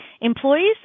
employees